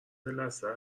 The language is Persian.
لثه